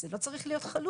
זה לא צריך להיות חלוט,